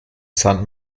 san